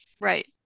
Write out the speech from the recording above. right